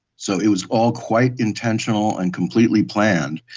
so it was all quite intentional and completely planned